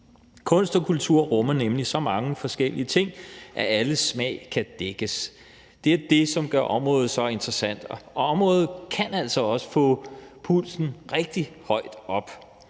Kunst og kultur rummer nemlig så mange forskellige ting, at alles smag kan dækkes. Det er jo det, som gør området så interessant, og området kan altså også få pulsen rigtig højt op.